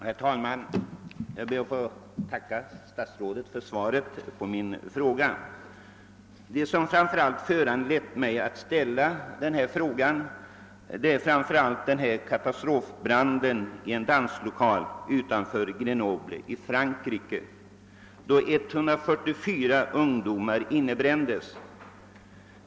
Herr talman! Jag ber att få tacka statsrådet för svaret på min fråga. Det som framför allt föranlett mig att ställa denna fråga är katastrofbranden i en danslokal utanför Grenoble i Frankrike, då 144 ungdomar innebrändes.